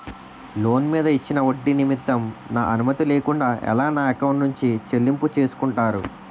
Loan మీద ఇచ్చిన ఒడ్డి నిమిత్తం నా అనుమతి లేకుండా ఎలా నా ఎకౌంట్ నుంచి చెల్లింపు చేసుకుంటారు?